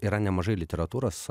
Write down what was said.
yra nemažai literatūros